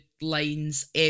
lines